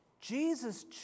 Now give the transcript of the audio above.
Jesus